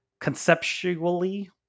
conceptually